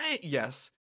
Yes